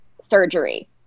surgery